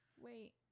Wait